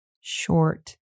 short